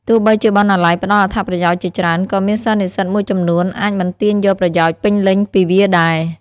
ទោះបីជាបណ្ណាល័យផ្ដល់អត្ថប្រយោជន៍ជាច្រើន ក៏មានសិស្សនិស្សិតមួយចំនួនអាចមិនទាញយកប្រយោជន៍ពេញលេញពីវាដែរ។